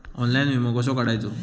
Online विमो कसो काढायचो?